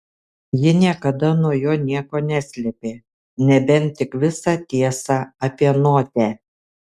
ji niekada nuo jo nieko neslėpė nebent tik visą tiesą apie notę